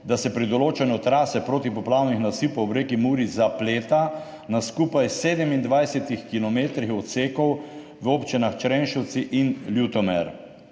da se pri določanju trase protipoplavnih nasipov ob reki Muri zapleta na skupaj 27 kilometrih odsekov v občinah Črenšovci in Ljutomer.